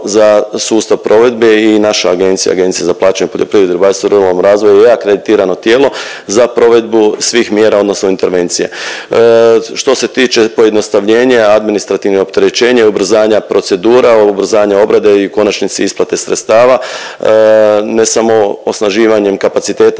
za sustav provedbe i naša agencija, Agencija za plaćanje u poljoprivredi, ribarstvu i ruralnom razvoju je akreditirano tijelo za provedbu svih mjera odnosno intervencija. Što se tiče pojednostavljenja administrativnog opterećenja i ubrzanja procedura, ubrzanja obrade i u konačnici isplate sredstava ne samo osnaživanjem kapaciteta